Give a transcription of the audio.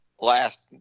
last